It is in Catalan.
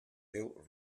deu